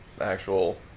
actual